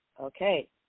Okay